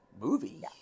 movie